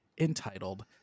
entitled